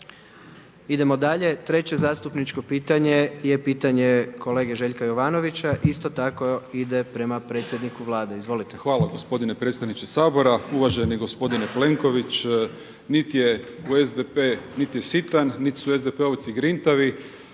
Idemo dalje, treće zastupničko pitanje je pitanje kolege Željka Jovanovića, isto tako ide prema predsjedniku Vlade, izvolite. **Jovanović, Željko (SDP)** Hvala gospodine predsjedniče Sabora. Uvaženi gospodine Plenković, niti je SDP nit je sitan nit su SDP-ovci grintavi.